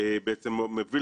שגם נפגשתי איתו.